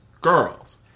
girls